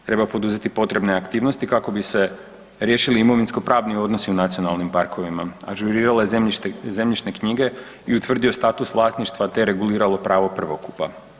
Treba poduzeti potrebne aktivnosti kako bi se riješili imovinskopravni odnosi u nacionalnim parkovima, ažurirale zemljišne knjige i utvrdio status vlasništva te reguliralo pravo prvokupa.